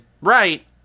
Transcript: right